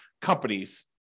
companies